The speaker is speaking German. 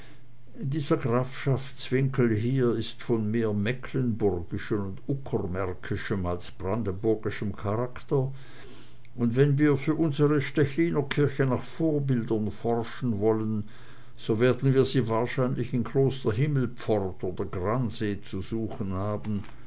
dieser grafschaftswinkel hier ist von mehr mecklenburgischem und uckermärkischem als brandenburgischem charakter und wenn wir für unsre stechliner kirche nach vorbildern forschen wollen so werden wir sie wahrscheinlich in kloster himmelpfort oder gransee zu suchen haben